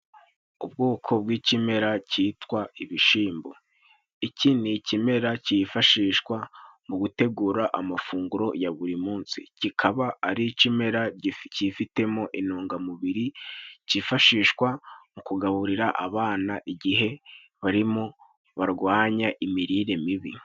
Ubwoko bw'ikimera cyitwa ibishimbo. Iki ni ikimera cyifashishwa mu gutegura amafunguro ya buri munsi, kikaba ari ikimera kifitemo intungamubiri kifashishwa mu kugaburira abana igihe barimo barwanya imirire mibi.